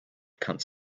comes